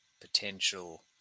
potential